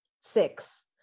six